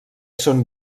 són